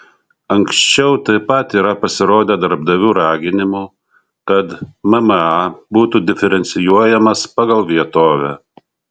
anksčiau taip pat yra pasirodę darbdavių raginimų kad mma būtų diferencijuojamas pagal vietovę